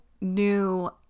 new